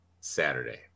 Saturday